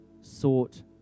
sought